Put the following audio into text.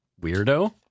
weirdo